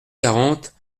quarante